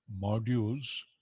modules